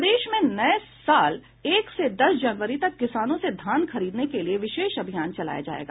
प्रदेश में नये साल एक से दस जनवरी तक किसानों से धान खरीदने के लिए विशेष अभियान चलाया जायेगा